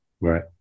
right